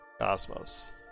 Cosmos